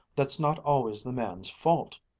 that's not always the man's fault.